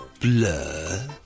Blur